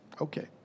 Okay